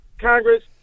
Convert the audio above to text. Congress